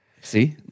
See